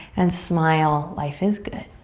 and smile, life is good.